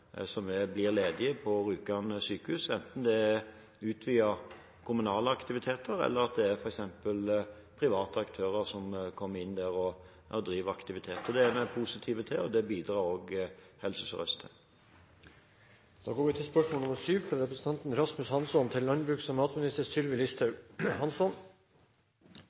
blir ledige – enten det er utvidede kommunale aktiviteter, eller det f.eks. er private aktører som kommer inn der med aktiviteter. Dette er vi positive til, og det bidrar også Helse Sør-Øst til.